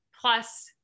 plus